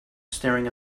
staring